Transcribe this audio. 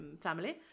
family